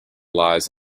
lies